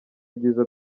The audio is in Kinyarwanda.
ibyiza